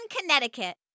Connecticut